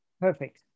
perfect